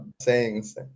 sayings